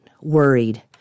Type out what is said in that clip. worried